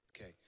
Okay